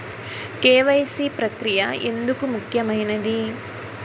KYC ప్రక్రియ ఎందుకు ముఖ్యమైనది?